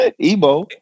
Ebo